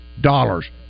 dollars